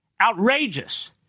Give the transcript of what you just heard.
outrageous